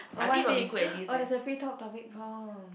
oh what's this oh there's a free talk topic prompt